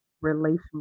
relationship